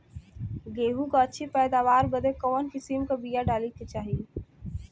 गेहूँ क अच्छी पैदावार बदे कवन किसीम क बिया डाली जाये?